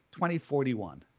2041